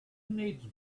needs